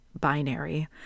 binary